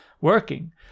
working